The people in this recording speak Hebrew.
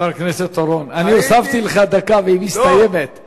חבר הכנסת אורון, הוספתי לך דקה והיא מסתיימת.